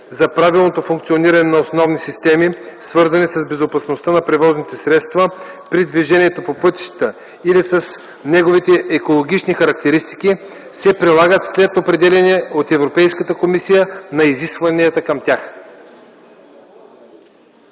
за правилното функциониране на основни системи, свързани с безопасността на превозните средства при движение по пътищата или с неговите екологични характеристики, се прилагат след определяне от Европейската комисия на изискванията към тях.”